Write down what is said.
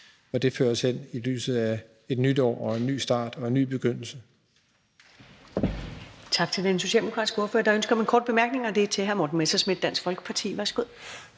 det fører os hen, i lyset af et nyt år og en ny start og en ny begyndelse.